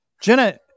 Jenna